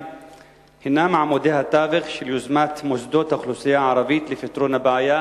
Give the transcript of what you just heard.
הינם עמודי התווך של יוזמת מוסדות האוכלוסייה הערבית לפתרון הבעיה,